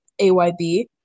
AYB